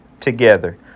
together